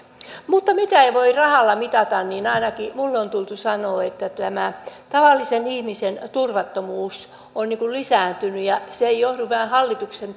mutta mitä ei voi rahalla mitata ainakin minulle on on tultu sanomaan että tämä tavallisen ihmisen turvattomuus on lisääntynyt ja se ei johdu vain hallituksen